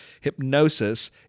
hypnosis